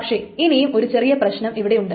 പക്ഷെ ഇനിയും ഒരു ചെറിയ പ്രശ്നം ഇവിടെ വരുന്നുണ്ട്